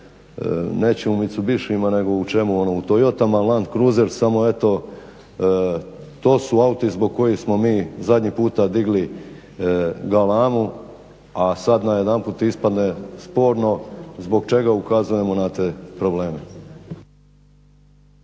neće u Mitsubishijima nego u čemu onom, u Toyotama, Land Cruiser, samo eto to su auti zbog kojih smo mi zadnji puta digli galamu a sada najedanput ispadne sporno zbog čega ukazujemo na te probleme.